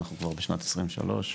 אנחנו כבר בשנת 23,